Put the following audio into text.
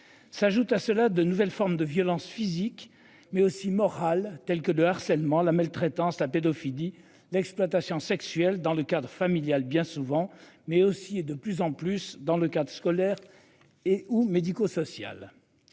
S'ajoute à cela de nouvelles formes de violence physique mais aussi morales tels que de harcèlement la maltraitance la pédophilie l'exploitation sexuelle dans le cadre familial. Bien souvent, mais aussi et de plus en plus dans le cadre scolaire et ou médico-social.